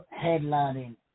headlining